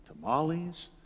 tamales